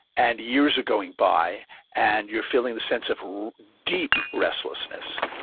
and years are going by and you're feeling the sense of deep restlessness.